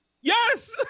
yes